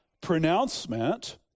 pronouncement